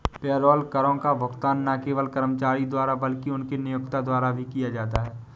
payroll करों का भुगतान न केवल कर्मचारी द्वारा बल्कि उनके नियोक्ता द्वारा भी किया जाता है